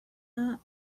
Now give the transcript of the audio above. that